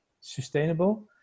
sustainable